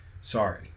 Sorry